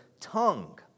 tongue